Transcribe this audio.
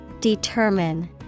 Determine